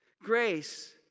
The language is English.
Grace